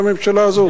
מהממשלה הזאת?